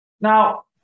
Now